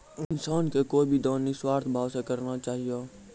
इंसान के कोय भी दान निस्वार्थ भाव से करना चाहियो